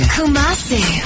Kumasi